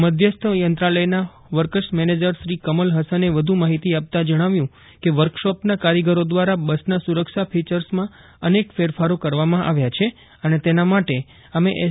મધ્યસ્થ યંત્રાલયના works manager Shri Kamal હસને વધુ માહિતી આપતાં જજ્ઞાવ્યું કેવર્કશોપના કારીગરો દ્વારા બસના સુરક્ષા ફીસર્ચમાં અનેક ફેરફારો કરવામાં આવ્યા છે અને તેના માટે અમે એસ